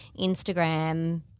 Instagram